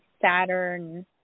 Saturn